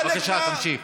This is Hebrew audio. בבקשה, תמשיך.